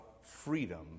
freedom